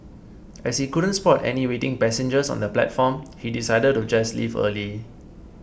as he couldn't spot any waiting passengers on the platform he decided to just leave early